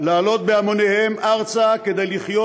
לעלות בהמוניהם ארצה, כדי לחיות